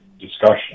discussion